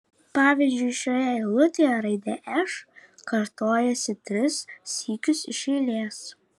pavyzdžiui šioje eilutėje raidė š kartojasi tris sykius iš eilės